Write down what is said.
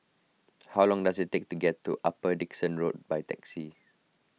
how long does it take to get to Upper Dickson Road by taxi